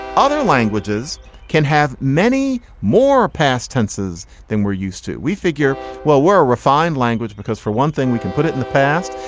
other languages can have many more past tenses than we're used to. we figure well, we're a refined language because for one thing, we can put it in the past.